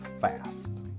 fast